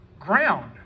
ground